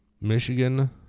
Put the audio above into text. Michigan